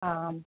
आम्